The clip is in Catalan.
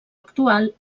actual